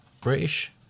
British